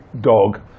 dog